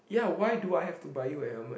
ya why do I have to buy you a helmet